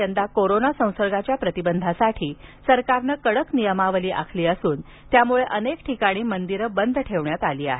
यंदा मात्र कोरोना संसर्गाच्या प्रतिबंधासाठी सरकारने कडक नियमावली आखली असून त्यामुळे अनेक ठिकाणी मंदिरे बंद ठेवण्यात आली आहेत